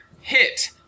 Hit